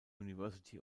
university